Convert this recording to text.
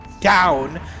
down